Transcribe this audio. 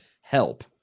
help